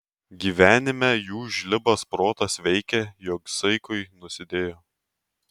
gyvenime jų žlibas protas veikė jog saikui nusidėjo